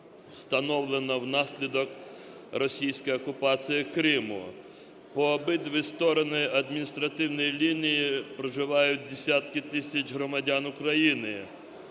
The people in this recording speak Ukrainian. встановлена внаслідок російської окупації Криму. По обидві сторони адміністративної лінії проживають десятки тисяч громадян України.